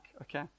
okay